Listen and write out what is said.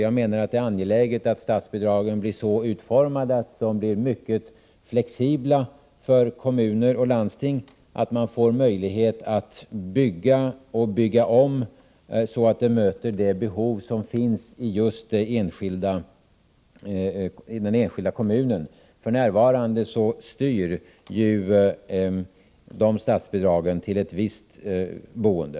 Jag menar att det är angeläget att statsbidragen blir så utformade att de blir mycket flexibla för kommuner och landsting, att man får möjlighet att bygga och bygga om, så att man kan möta de behov som finns i just den enskilda kommunen. F.n. styr ju dessa statsbidrag till ett visst boende.